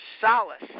solace